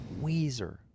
Weezer